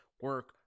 Work